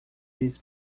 eles